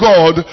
God